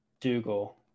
Dougal